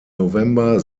november